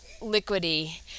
liquidy